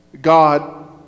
God